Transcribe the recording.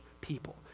people